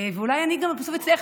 ואולי אני גם בסוף אצליח,